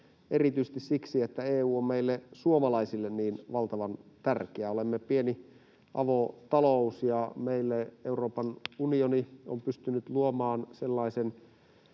erityisesti siksi, että EU on meille suomalaisille niin valtavan tärkeä. Olemme pieni avotalous, ja meille Euroopan unioni on pystynyt luomaan markkinan